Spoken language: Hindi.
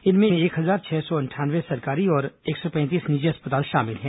इनमें एक हजार छह सौ अंठानवे सरकारी और एक सौ पैंतीस निजी अस्पताल शामिल हैं